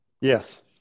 Yes